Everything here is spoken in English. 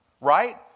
right